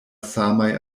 samaj